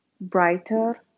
Brighter